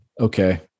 okay